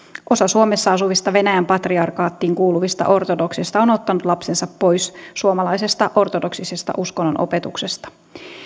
osa suomessa asuvista venäjän patriarkaattiin kuuluvista ortodokseista on ottanut lapsensa pois suomalaisesta ortodoksisesta uskonnonopetuksesta